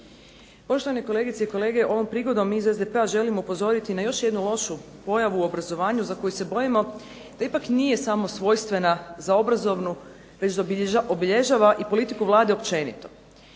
Poštovani kolegice i kolege, ovom prigodom iz SDP-a želim upozoriti na još jednu lošu pojavu u obrazovanju za koju se bojimo da ipak nije samo svojstvena za obrazovnu već da obilježava i politiku Vlade općenito.